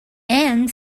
and